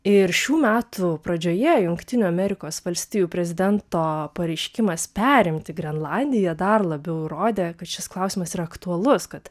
ir šių metų pradžioje jungtinių amerikos valstijų prezidento pareiškimas perimti grenlandiją dar labiau rodė kad šis klausimas yra aktualus kad